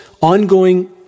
ongoing